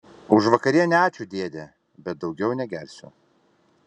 už vakarienę ačiū dėde bet daugiau negersiu